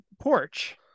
porch